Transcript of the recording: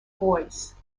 voice